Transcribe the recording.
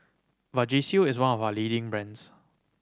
Vagisil is one of leading brands